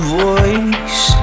voice